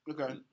Okay